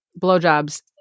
blowjobs